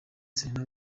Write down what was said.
serena